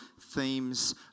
themes